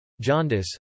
jaundice